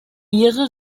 ihre